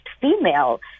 female